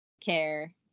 care